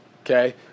Okay